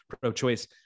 pro-choice